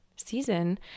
season